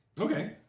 Okay